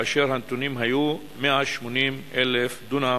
כאשר הנתונים היו: 180,000 דונם